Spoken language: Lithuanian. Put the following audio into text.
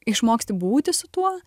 išmoksti būti su tuo